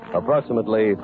approximately